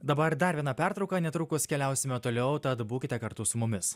dabar dar viena pertrauka netrukus keliausime toliau tad būkite kartu su mumis